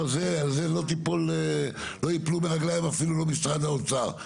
על זה לא ייפלו מהרגליים אפילו לא משרד האוצר.